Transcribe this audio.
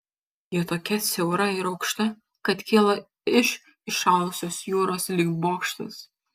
ji tokia siaura ir aukšta kad kyla iš įšalusios jūros lyg bokštas